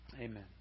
Amen